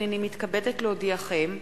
הנני מתכבדת להודיעכם,